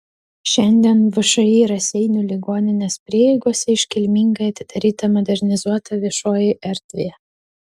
šiandien všį raseinių ligoninės prieigose iškilmingai atidaryta modernizuota viešoji erdvė